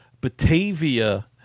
Batavia